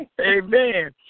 Amen